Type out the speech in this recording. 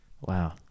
wow